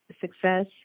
success